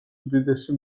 უდიდესი